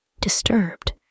Disturbed